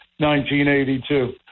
1982